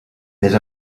vés